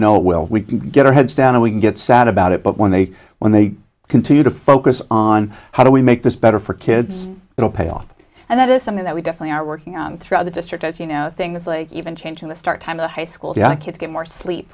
know well we can get our heads down and we can get sad about it but when they when they continue to focus on how do we make this better for kids it'll pay off and that is something that we definitely are working on throughout the district as you know things like even changing the start time to high school kids get more sleep